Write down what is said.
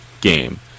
game